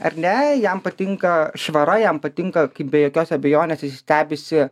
ar ne jam patinka švara jam patinka kaip be jokios abejonės visi stebisi